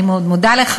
אני מאוד מודה לך,